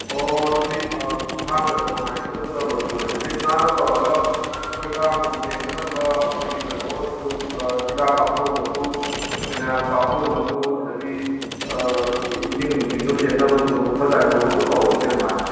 ꯑꯣ ꯑꯗꯨꯗꯤ ꯊꯥꯡꯖꯒ ꯅꯣꯡꯃꯥꯏꯖꯤꯡꯒꯗꯨꯗ ꯂꯣꯏꯁꯤꯜꯂꯗꯤ ꯁꯤꯠ ꯅꯥꯟꯅ ꯇꯧꯔꯒ ꯑꯩꯈꯣꯏ ꯀꯥꯡ ꯅꯨꯡ ꯆꯦꯟꯗꯅꯕ ꯑꯩꯈꯣꯏꯒꯤ ꯀꯩꯅꯣ ꯑꯣꯏꯔꯁꯨ ꯍꯤꯗꯥꯛ ꯀꯥꯞꯊꯣꯛꯂꯒꯁꯨ ꯐꯤꯅꯥꯏꯜꯕꯨ ꯀꯥꯞꯊꯣꯛꯂꯒꯁꯨ ꯑꯗꯒꯤ ꯏꯁꯤꯡ ꯅꯨꯡꯁꯤꯡꯗꯨ ꯁꯦꯡꯅꯕ ꯁꯨꯅꯨ ꯈꯔ ꯆꯥꯏꯊꯣꯛꯂꯒꯁꯨ ꯇꯧꯔꯁꯤ ꯑꯗꯨꯃꯥꯏꯅ